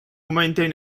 maintain